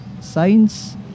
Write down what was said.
science